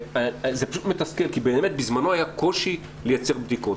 זה פשוט מתסכל, כי בזמנו היה קושי לייצר בדיקות.